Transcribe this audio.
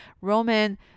Roman